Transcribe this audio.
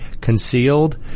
concealed